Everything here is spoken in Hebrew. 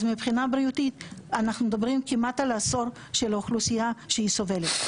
אז מבחינה בריאותית אנחנו מדברים כמעט על עשור של אוכלוסייה שהיא סובלת.